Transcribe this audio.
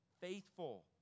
faithful